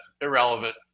irrelevant